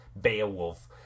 Beowulf